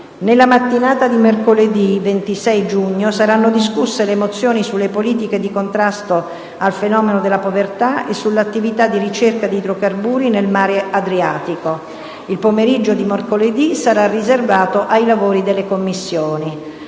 Nella mattinata di mercoledì 26 giugno saranno discusse le mozioni sulle politiche di contrasto al fenomeno della povertà e sull'attività di ricerca di idrocarburi nel mare Adriatico. Il pomeriggio di mercoledì sarà riservato ai lavori delle Commissioni.